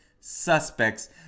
suspects